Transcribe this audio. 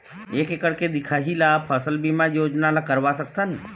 एक एकड़ के दिखाही ला फसल बीमा योजना ला करवा सकथन?